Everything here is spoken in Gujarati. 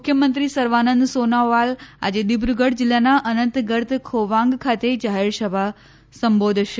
મુખ્યમંત્રી સર્વાનંદ સોનોવાલ આજે દિબ્રુગઢ જિલ્લાના અનંતગર્ત ખોવાંગ ખાતે જાહેર સભા સંબોધશે